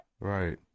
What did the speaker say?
right